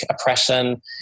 oppression